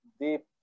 deep